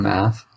Math